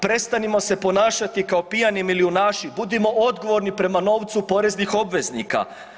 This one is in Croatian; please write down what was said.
Prestanimo se ponašati kao pijani milijunaši, budimo odgovorni prema novcu poreznih obveznika.